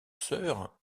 sœur